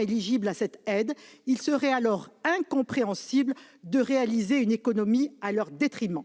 éligibles à cette aide, il serait alors incompréhensible de réaliser une économie à leur détriment.